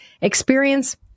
Experience